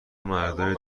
مردای